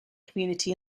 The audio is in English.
community